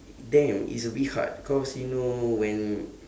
damn it's a bit hard because you know when